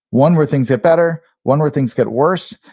one where things get better, one where things get worse,